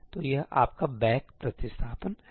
तो यह आपका बैक प्रतिस्थापन है